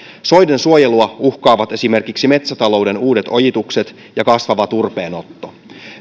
soidensuojelua uhkaavat esimerkiksi metsätalouden uudet ojitukset ja kasvava turpeenotto